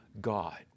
God